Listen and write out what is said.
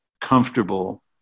comfortable